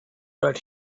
but